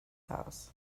house